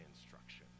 instruction